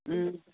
उम